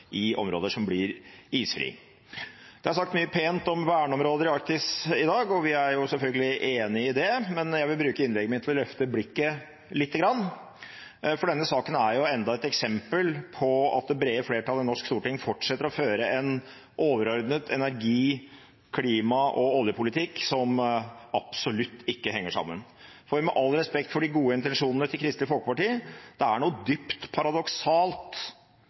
i områder som blir isfrie. Det er sagt mye pent om verneområder i Arktis i dag, og vi er selvfølgelig enig i det, men jeg vil bruke innlegget mitt til å løfte blikket lite grann, for denne saken er enda et eksempel på at det brede flertall i det norske storting fortsetter å føre en overordnet energi-, klima- og oljepolitikk som absolutt ikke henger sammen. Med all respekt for de gode intensjonene til Kristelig Folkeparti: Det er noe dypt paradoksalt